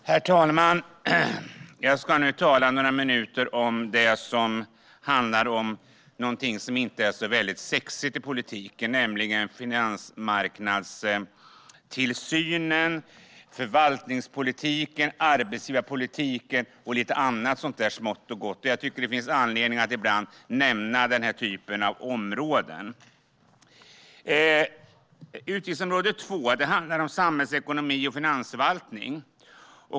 Herr talman! Jag ska under några minuter tala om något som inte är särskilt sexigt inom politiken, nämligen finansmarknadstillsyn, förvaltningspolitik, arbetsgivarpolitik och lite annat smått och gott. Jag tycker att det finns anledning att ibland nämna dessa områden. Utgiftsområde 2 handlar om samhällsekonomi och finansförvaltning.